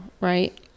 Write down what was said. right